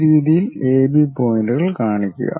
ഈ രീതിയിൽ എബി പോയിന്റുകൾ കാണിക്കുക